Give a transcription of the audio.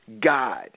God